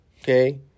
okay